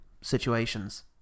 situations